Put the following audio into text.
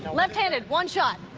and left-handed one shot.